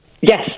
Yes